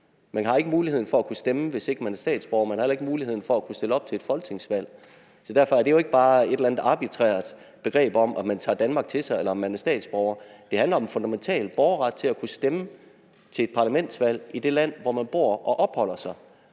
Man har ikke muligheden for at kunne stemme, hvis ikke man er statsborger, og man har heller ikke muligheden for at kunne stille op til et folketingsvalg. Derfor er det jo ikke bare et eller andet arbitrært begreb, i forhold til om man tager Danmark til sig, eller om man er statsborger. Det handler om en fundamental borgerret til at kunne stemme til et parlamentsvalg i det land, hvor man bor og opholder sig.